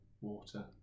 water